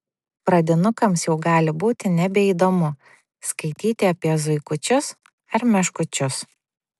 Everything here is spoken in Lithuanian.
pradinukams jau gali būti nebeįdomu skaityti apie zuikučius ar meškučius